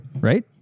right